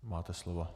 Máte slovo.